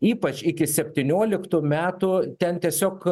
ypač iki septynioliktų metų ten tiesiog